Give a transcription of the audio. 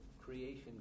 creation